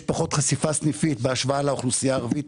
פחות חשיפה סניפית בהשוואה לאוכלוסייה הערבית,